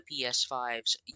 PS5's